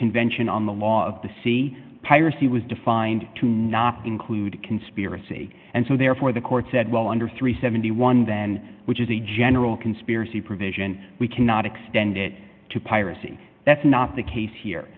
convention on the law of the sea piracy was defined to not include conspiracy and so therefore the court said well under three hundred and seventy one then which is a general conspiracy provision we cannot extend it to piracy that's not the case here